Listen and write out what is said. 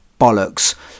bollocks